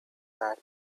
that